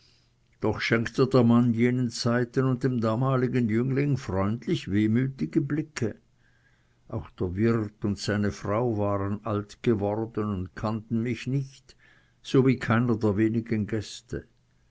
doch schenkte der mann jenen zeiten und dem damaligen jüngling freundlich wehmütige blicke auch der wirt und seine frau waren alt geworden und kannten mich nicht sowie keiner der wenigen gäste